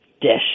dish